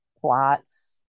plots